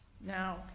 now